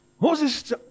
Moses